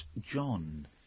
John